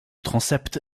transept